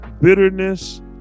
bitterness